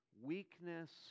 weakness